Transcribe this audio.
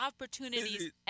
opportunities